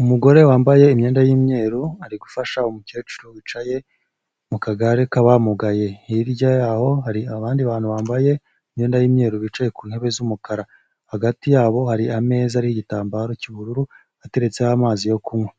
Umugore wambaye imyenda y'imyeru ari gufasha umukecuru wicaye mu kagare k'abamugaye. Hirya yaho hari abandi bantu bambaye imyenda y'imyeru bicaye ku ntebe z'umukara. Hagati ya bo hari ameza ariho igitambaro cy'ubururu ateretseho amazi yo kunywa.